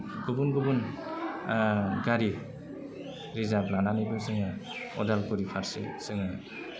गुबुन गुबुन गारि रिजार्भ लानानैबो जोङो उदालगुरि फारसे जोङो